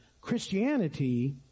Christianity